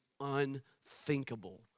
unthinkable